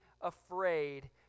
afraid